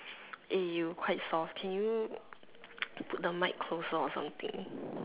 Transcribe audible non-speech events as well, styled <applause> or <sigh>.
you quite soft can you <noise> put the mic closer or something